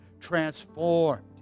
Transformed